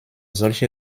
solche